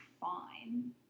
fine